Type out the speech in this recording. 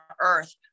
earth